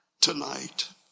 tonight